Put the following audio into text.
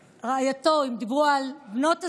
רעייתו, אם דיברו על בנות הזוג,